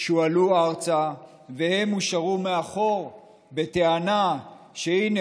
שעלו ארצה והם הושארו מאחור בטענה שהינה,